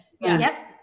Yes